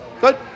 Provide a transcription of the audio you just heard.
Good